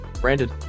Brandon